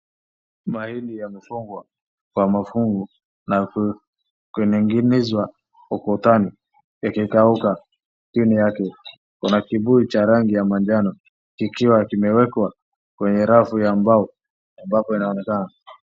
Mahindi yamefungwa kwa mafungu na kuniginizwa ukutani ikikauka. Chini yake kuna kibuyu cha rangi ya manjano kikiwa kimewekwa kwenye rafu ya mbao ambapo inaonekana.